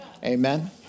Amen